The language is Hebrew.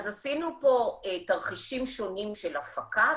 אז עשינו פה תרחישים שונים של הפקה,